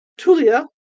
tulia